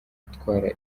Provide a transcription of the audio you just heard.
gutwara